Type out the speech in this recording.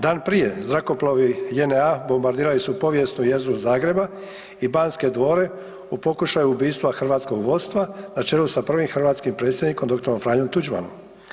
Dan prije, zrakoplovi JNA-a bombardirali su povijesnu jezgru Zagreba i Banske dvore u pokušaju ubistva hrvatskog vodstva na čelu sa prvim hrvatskim predsjednikom dr. Franjom Tuđmanom.